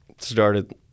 started